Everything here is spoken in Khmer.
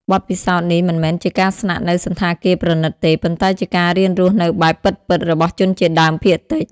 បទពិសោធន៍នេះមិនមែនជាការស្នាក់នៅសណ្ឋាគារប្រណីតទេ ប៉ុន្តែជាការរៀនរស់នៅបែប ពិតៗ របស់ជនជាតិដើមភាគតិច។